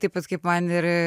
taip pat kaip man ir